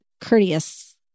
courteous